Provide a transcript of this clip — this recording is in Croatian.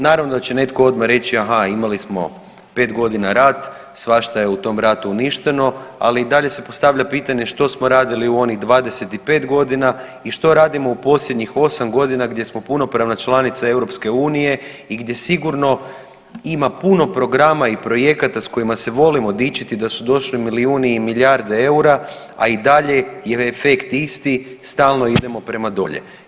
Naravno da će odmah netko reći aha imali smo 5.g. rat, svašta je u tom ratu uništeno, ali i dalje se postavlja pitanje što smo radili u onih 25.g. i što radimo u posljednjih 8.g. gdje smo punopravna članica EU i gdje sigurno ima puno programa i projekata s kojima se volimo dičiti da su došli milijuni i milijarde eura, a i dalje je efekt isti, stalno idemo prema dolje.